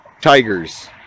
tigers